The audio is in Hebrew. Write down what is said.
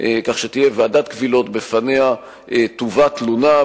כך שתהיה ועדת קבילות שבפניה תובא תלונה,